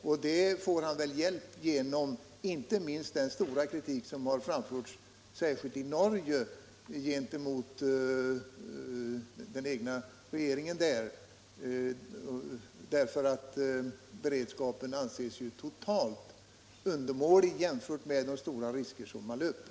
Med detta får han väl hjälp, inte minst genom den starka kritik som har framförts, särskilt i Norge, gentemot regeringen där på grund av att beredskapen anses totalt undermålig i jämförelse med de stora risker som man löper.